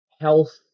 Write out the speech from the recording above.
health